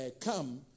come